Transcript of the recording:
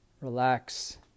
relax